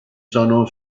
sono